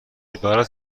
عبارت